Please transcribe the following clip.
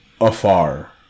afar